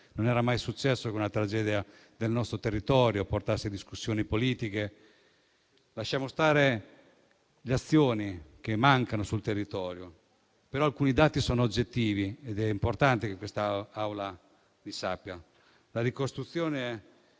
Non era mai successo che una tragedia del nostro territorio portasse a discussioni politiche. Lasciamo stare le azioni che mancano sul territorio, però alcuni dati sono oggettivi ed è importante che questa Assemblea li conosca.